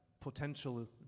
potential